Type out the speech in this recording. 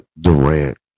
Durant